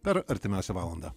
per artimiausią valandą